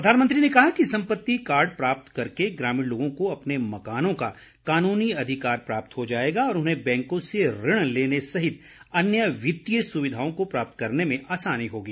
प्रधानमंत्री ने कहा कि सम्पत्ति कार्ड प्राप्त करके ग्रामीण लोगों को अपने मकानों का कानूनी अधिकार प्राप्त हो जाएगा और उन्हें बैंकों से ऋण लेने सहित अन्य वित्तीय सुविधाओं को प्राप्त करने में आसानी होगी